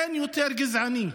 אין יותר גזעני,